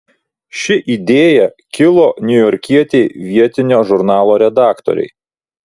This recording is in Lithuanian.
ši idėja kilo niujorkietei vietinio žurnalo redaktorei